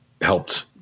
helped